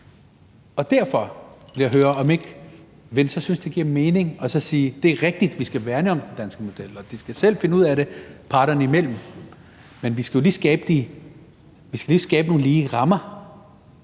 derfor vil jeg høre, om Venstre ikke synes, det giver mening at sige: Det er rigtigt, at vi skal værne om den danske model, og de skal selv finde ud af det parterne imellem, men vi skal jo skabe nogle lige rammer,